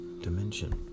dimension